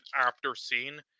after-scene